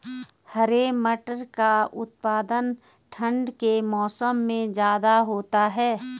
हरे मटर का उत्पादन ठंड के मौसम में ज्यादा होता है